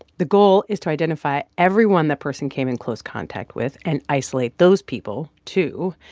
the goal is to identify everyone that person came in close contact with and isolate those people, too.